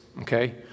okay